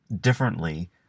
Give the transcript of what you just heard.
differently